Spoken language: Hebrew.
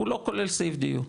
הוא לא כולל סעיף דיור,